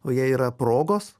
o jie yra progos